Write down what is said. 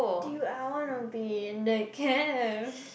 dude I wanna be in the camp